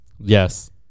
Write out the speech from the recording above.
Yes